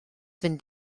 fynd